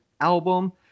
album